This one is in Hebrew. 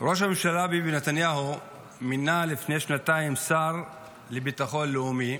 ראש הממשלה ביבי נתניהו מינה לפני שנתיים שר לביטחון לאומי,